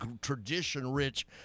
tradition-rich